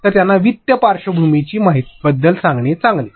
तर त्यांना वित्त पार्श्वभूमी बद्दल सांगणे चांगले